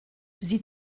sie